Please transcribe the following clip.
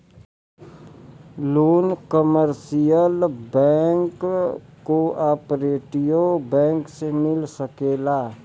loan commercial bank cooperative bank से मिल सकेला